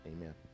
Amen